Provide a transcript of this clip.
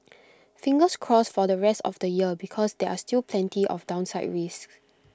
fingers crossed for the rest of the year because there are still plenty of downside risks